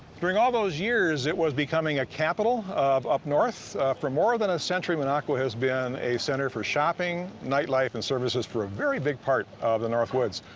during all those years it was becoming a capital of up north. for more than a century minocqua has been a center for shopping, nightlife and services for a very big part the north woods.